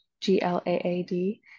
G-L-A-A-D